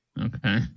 okay